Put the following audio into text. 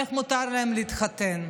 איך מותר להם להתחתן.